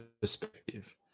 perspective